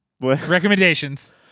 Recommendations